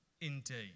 indeed